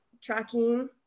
tracking